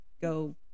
go